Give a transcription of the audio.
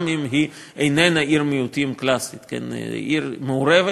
היא גם איננה עיר מיעוטים קלאסית, היא עיר מעורבת,